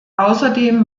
außerdem